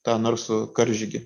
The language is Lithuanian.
tą narsų karžygį